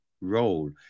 role